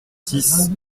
six